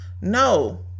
No